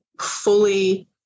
fully